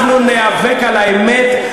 אנחנו ניאבק על האמת.